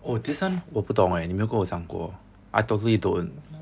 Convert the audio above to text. oh this [one] 我不懂 eh 你没有跟我讲过 I totally don't